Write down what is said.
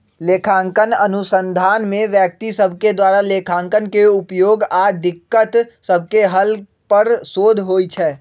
लेखांकन अनुसंधान में व्यक्ति सभके द्वारा लेखांकन के उपयोग आऽ दिक्कत सभके हल पर शोध होइ छै